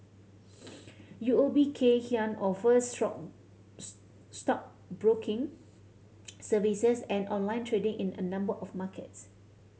U O B Kay Hian offers strong stockbroking services and online trading in a number of markets